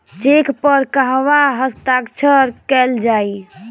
Check पर कहवा हस्ताक्षर कैल जाइ?